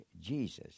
Jesus